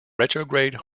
retrograde